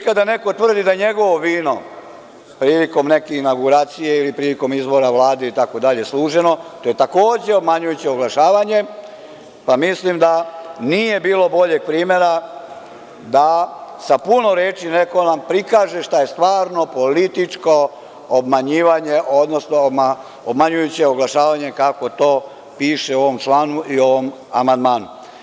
Kada neko tvrdi da je njegovo vino prilikom neke inauguracije ili prilikomizbora Vlade itd. služeno, to je takođe obmanjujuće oglašavanje pa mislim da nije bilo boljeg primera da sa puno reči neko nam prikaže šta je stvarno političko obmanjivanje odnosno obmanjujuće oglašavanje kako to piše u ovom članu i u ovom amandmanu.